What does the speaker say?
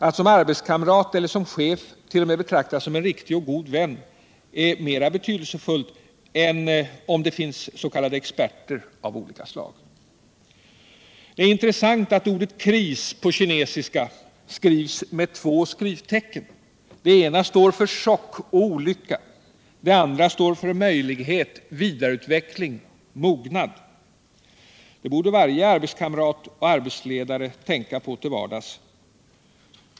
Att som arbetskamrat eller som chef t.o.m. betraktas som en riktig och god vän är mer betydelsefullt än om det finns s.k. experter av olika slag. Det är intressant att ordet kris på kinesiska skrivs med två skrivtecken. Det ena står för chock och olycka. Det andra står för möjlighet, vidareutveckling, mognad. Det borde varje arbetskamrat och arbetsledare tänka på till vardags.